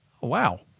Wow